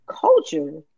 culture